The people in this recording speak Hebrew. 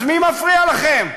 אז מי מפריע לכם?